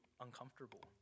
uncomfortable